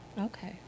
Okay